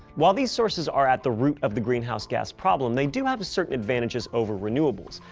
while these sources are at the root of the greenhouse gas problem, they do have certain advantages over renewables.